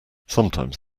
sometimes